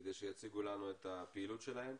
כדי שיציגו לנו את הפעילות שלהם.